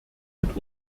mit